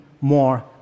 more